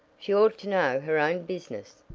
she ought to know her own business,